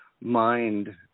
mind